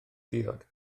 diod